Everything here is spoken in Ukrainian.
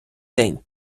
день